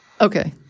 Okay